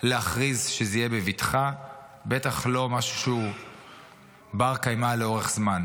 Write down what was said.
להכריז שזה יהיה בבטחה; בטח לא משהו שהוא בר-קיימא לאורך זמן.